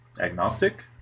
Agnostic